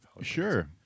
Sure